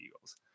eagles